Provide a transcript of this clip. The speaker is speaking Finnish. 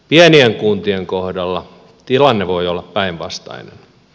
pienien kuntien kohdalla tilanne voi olla päinvastainen